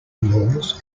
laws